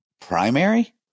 Primary